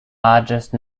largest